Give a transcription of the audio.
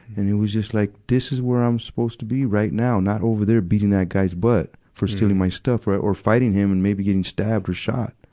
and it was just like this is where i'm supposed to be right now, not over there beating that guy's butt for stealing my stuff or fighting him and maybe getting stabbed or shot.